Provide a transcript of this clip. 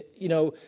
you know,